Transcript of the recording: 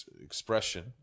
expression